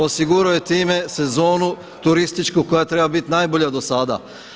Osigurao je time sezonu turističku koja treba biti najbolja do sada.